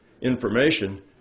information